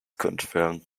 confirmed